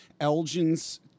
Elgin's